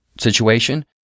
situation